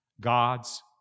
God's